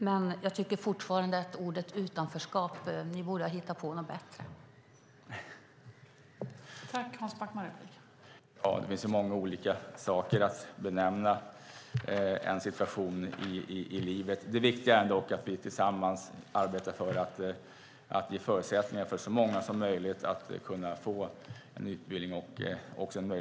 När det gäller ordet utanförskap tycker jag dock fortfarande att ni borde ha hittat på något bättre, Hans Backman.